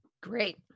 Great